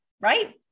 right